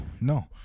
no